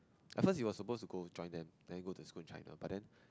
at first he was supposed to go join them then go to school in China but then